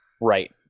Right